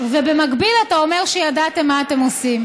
ובמקביל אתה אומר שידעתם מה אתם עושים?